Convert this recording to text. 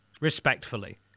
respectfully